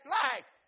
life